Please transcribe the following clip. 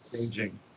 changing